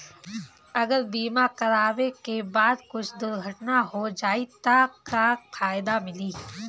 अगर बीमा करावे के बाद कुछ दुर्घटना हो जाई त का फायदा मिली?